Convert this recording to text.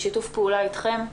בשיתוף פעולה איתכם,